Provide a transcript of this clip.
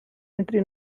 entre